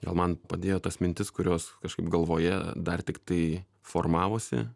gal man padėjo tas mintis kurios kažkaip galvoje dar tiktai formavosi